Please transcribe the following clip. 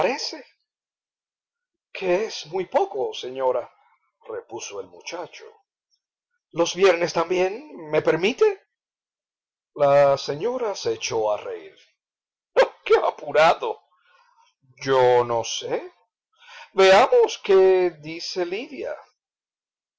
es muy poco señora repuso el muchacho los viernes también me permite la señora se echó a reir qué apurado yo no sé veamos qué dice lidia